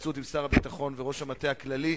בהתייעצות עם שר הביטחון ועם ראש המטה הכללי,